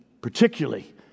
particularly